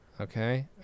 Okay